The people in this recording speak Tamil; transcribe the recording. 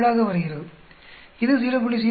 097 ஆக வருகிறது இது 0